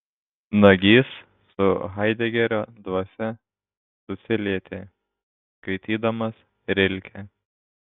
nagys su haidegerio dvasia susilietė skaitydamas rilkę